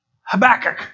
Habakkuk